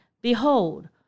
Behold